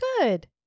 good